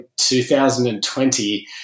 2020